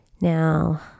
Now